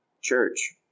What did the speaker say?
church